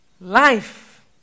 Life